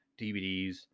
DVDs